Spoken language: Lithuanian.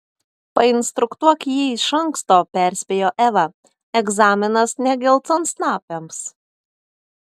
painstruktuok jį iš anksto perspėjo eva egzaminas ne geltonsnapiams